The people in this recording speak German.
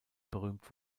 berühmt